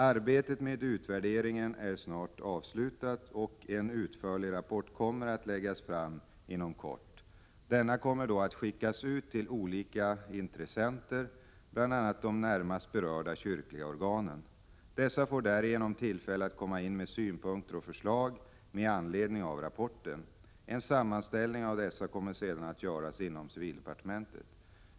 Arbetet med utvärderingen är snart avslutat, och en utförlig rapport kommer att läggas fram inom kort. Denna kommer då att skickas ut till olika intressenter, bl.a. de närmast berörda kyrkliga organen. Dessa får därige 34 nom tillfälle att komma in med synpunkter och förslag med anledning av rapporten. En sammanställning av dessa kommer sedan att göras inom civildepartementet.